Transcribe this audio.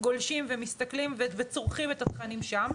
גולשים ומסתכלים וצורכים את התכנים שם,